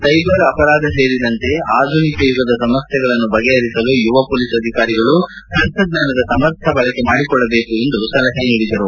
ಸ್ಲೆಬರ್ ಅಪರಾಧ ಸೇರಿದಂತೆ ಆಧುನಿಕ ಯುಗದ ಸಮಸ್ಲೆಗಳನ್ನು ಬಗೆಹರಿಸಲು ಯುವ ಹೊಲೀಸ್ ಅಧಿಕಾರಿಗಳು ತಂತ್ರಜ್ಞಾನದ ಸಮರ್ಥ ಬಳಕೆ ಮಾಡಿಕೊಳ್ಳಬೇಕು ಎಂದು ಸಚಿವರು ಸಲಹೆ ನೀಡಿದರು